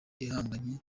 ihanganye